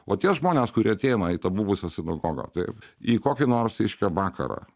o tie žmonės kurie ateina į buvusią sinagogą taip į kokį nors reiškia vakarą